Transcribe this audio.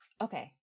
Okay